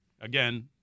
Again